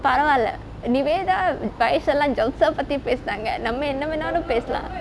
பரவாலே:paravalae niveda vaish எல்லா:ella jalsa பத்தி பேசுனாங்க நாம என்னவேனுனாலும் பேசலா:pathi pesunanga namma ennavenunalum pesalaa